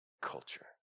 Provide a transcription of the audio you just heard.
culture